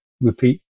repeat